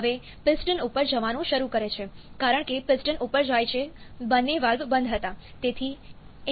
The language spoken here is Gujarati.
હવે પિસ્ટન ઉપર જવાનું શરૂ કરે છે કારણ કે પિસ્ટન ઉપર જાય છે બંને વાલ્વ બંધ હતા